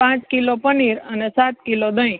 પાંચ કિલો પનીર અને સાત કિલો દહીં